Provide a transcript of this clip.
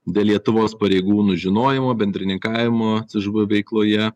dėl lietuvos pareigūnų žinojimo bendrininkavimo c ž b veikloje